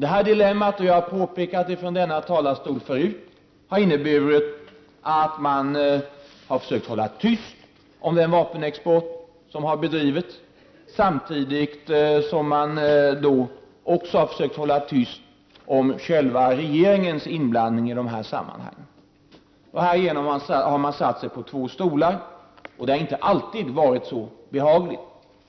Det dilemmat — jag har påpekat det från denna talarstol förut — har inneburit att man försökt hålla tyst om den vapenexport som bedrivits och inte minst om regeringens inblandning i sammanhanget. Härigenom har man satt sig på två stolar, och det har inte alltid varit så behagligt.